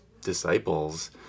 disciples